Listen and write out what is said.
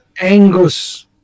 Angus